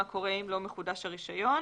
מה קורה אם לא מחודש הרישיון.